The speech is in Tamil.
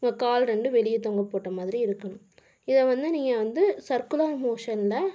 உங்கள் கால் ரெண்டும் வெளியே தொங்க போட்ட மாதிரி இருக்கணும் இதை வந்து நீங்கள் வந்து சர்குலர் மோஷனில்